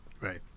Right